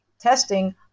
testing